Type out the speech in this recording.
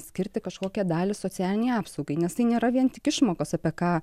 skirti kažkokią dalį socialinei apsaugai nes tai nėra vien tik išmokos apie ką